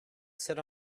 sit